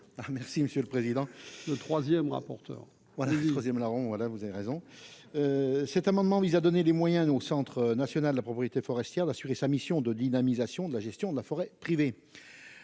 merci Monsieur le Président de 3ème, rapporteur. Voilà une 3ème larron voilà, vous avez raison, cet amendement vise à donner les moyens au Centre national de la propriété forestière d'assurer sa mission de dynamisation de la gestion de la forêt privée